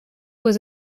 was